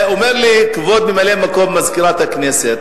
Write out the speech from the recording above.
הוא יבוא לכאן ויציג את זה כאן במליאה עוד